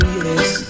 yes